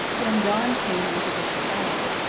when dawn came into the sky,